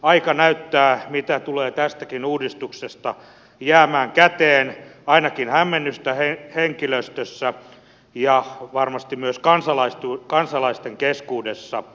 aika näyttää mitä tulee tästäkin uudistuksesta jäämään käteen ainakin hämmennystä henkilöstössä ja varmasti myös kansalaisten keskuudessa